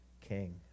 king